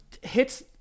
hits